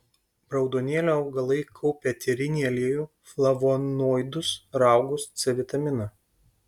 raudonėlio augalai kaupia eterinį aliejų flavonoidus raugus c vitaminą